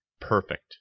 perfect